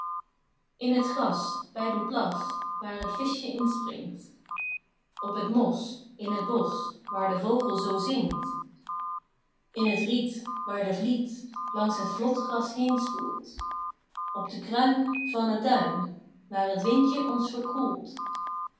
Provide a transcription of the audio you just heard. in het gras bij den plas waar het vischjen in springt op het mos in het bosch waar de vogel zoo zingt in het riet waar de vliet langs het vlotgras heenspoelt op de kruin van het duin waar het windje ons verkoelt